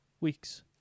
weeks